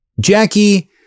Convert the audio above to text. Jackie